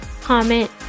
comment